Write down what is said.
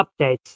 updates